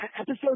episode